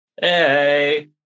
Hey